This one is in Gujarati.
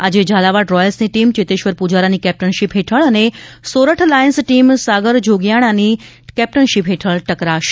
આજે ઝાલાવાડ રોયલ્સ ટીમ ચેતેશ્વર પુજારાની કેપ્ટનશીપ હેઠળ અને સોરઠ લાયન્સ ટીમ સાગર જોગીયાણીની કેપ્ટનશીપ હેઠળ ટકરાશે